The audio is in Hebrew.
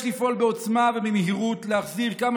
יש לפעול בעוצמה ובמהירות להחזיר כמה